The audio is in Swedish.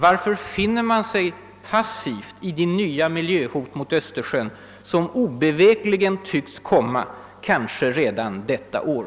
Varför finner man sig passivt i det nya miljöhot mot Östersjön som obevekligen tycks komma redan nästa år?.